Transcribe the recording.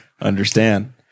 understand